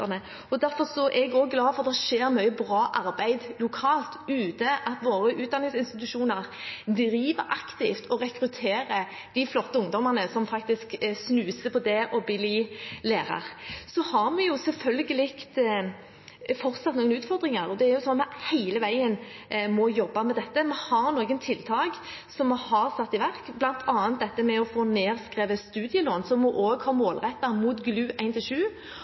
Derfor er jeg også glad for at det skjer mye bra arbeid lokalt ute, at våre utdanningsinstitusjoner driver aktivt og rekrutterer de flotte ungdommene som faktisk snuser på det å bli lærer. Så har vi selvfølgelig fortsatt noen utfordringer, og vi må hele veien jobbe med dette. Vi har noen tiltak som vi har satt i verk, bl.a. å få nedskrevet studielån, som vi også har målrettet mot GLU